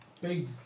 big